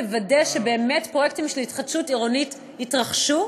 תוודא שבאמת פרויקטים של התחדשות עירונית יתרחשו,